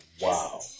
Wow